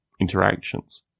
interactions